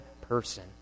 person